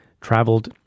traveled